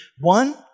one